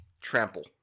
Trample